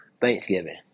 Thanksgiving